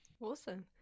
Awesome